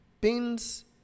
pins